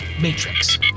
matrix